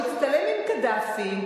הוא הצטלם עם קדאפי,